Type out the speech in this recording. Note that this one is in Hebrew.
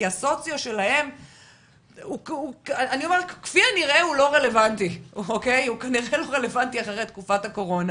כי הסוציו שלהם כפי הנראה לא רלוונטי אחרי תקופת הקורונה